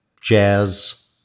jazz